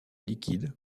liquide